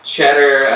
Cheddar